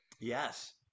yes